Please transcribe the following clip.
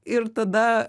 ir tada